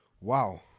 Wow